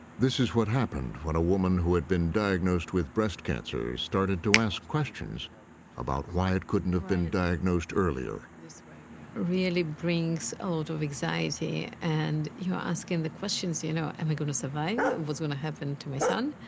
this is what happened when a woman who had been diagnosed with breast cancer started to ask questions about why it couldn't have been diagnosed earlier. it really brings a lot of anxiety, and you're asking the questions, you know, am i going to survive? what's going to happen to my son?